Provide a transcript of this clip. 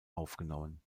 aufgenommen